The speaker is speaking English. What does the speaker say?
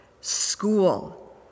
school